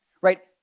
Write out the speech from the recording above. right